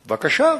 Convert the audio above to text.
בבקשה.